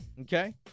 Okay